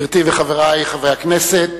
חברי הכנסת,